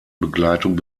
begleitung